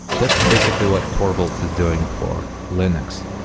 that's basically what torvalds is doing for linux.